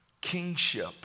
kingship